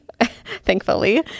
thankfully